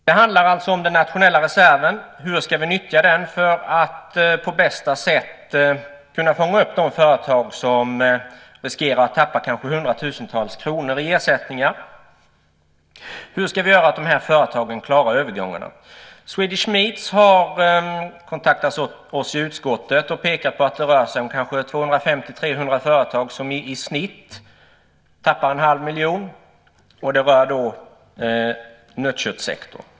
Det handlar alltså om den nationella reserven och hur vi ska nyttja den för att på bästa sätt kunna fånga upp de företag som riskerar att tappa kanske hundratusentals kronor i ersättning. Hur ska vi göra för att de här företagen ska klara övergångarna? Swedish Meats har kontaktat oss i utskottet och pekat på att det rör sig om 250-300 företag som i snitt tappar en halv miljon kronor. Det rör då nötköttssektorn.